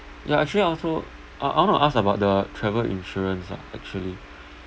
ya actually I also uh I want to ask about the travel insurance ah actually